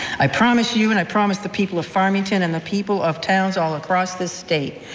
i promise you, and i promise the people of farmington and the people of towns all across this state,